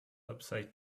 upside